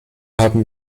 haben